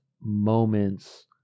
moments